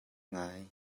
ngai